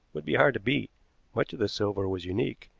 would be hard to beat much of the silver was unique,